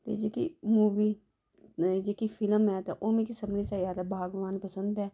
ते जेह्की मूबी ते जेह्की फिल्म ऐ ते ओह् मिकी सभने शा ज्यादा भागवान पसंद ऐ